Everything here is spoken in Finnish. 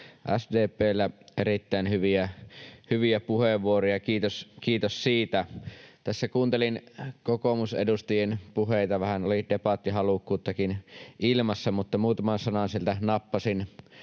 ollut erittäin hyviä puheenvuoroja. Kiitos siitä. Tässä kun kuuntelin kokoomusedustajien puheita, vähän oli debattihalukkuuttakin ilmassa, mutta muutaman sanan sieltä nappasin